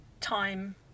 time